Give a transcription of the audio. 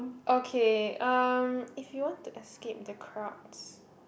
okay um if you want to escape the crowds